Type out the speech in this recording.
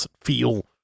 feel